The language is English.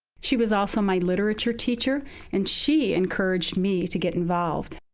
she was also my literature teacher and she encouraged me to get involved.